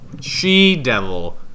She-Devil